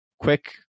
quick